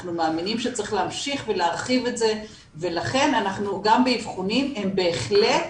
אנחנו מאמינים שצריך להמשיך ולהרחיב את זה ולכן גם באבחונים הן בהחלט,